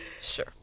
Sure